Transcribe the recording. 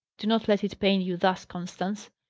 do not let it pain you thus, constance,